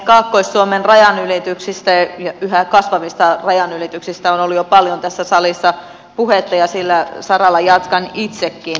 kaakkois suomen rajanylityksistä yhä kasvavista rajanylityksistä on jo paljon ollut tässä salissa puhetta ja sillä saralla jatkan itsekin